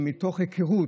מתוך היכרות,